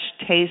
taste